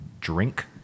drink